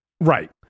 Right